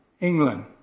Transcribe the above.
England